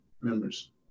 members